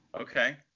Okay